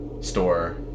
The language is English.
store